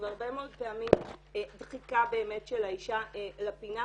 והרבה מאוד פעמים דחיקה באמת של האישה לפינה,